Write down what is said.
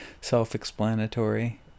self-explanatory